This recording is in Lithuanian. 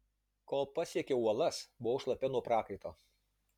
kol pasiekiau uolas buvau šlapia nuo prakaito